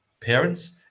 parents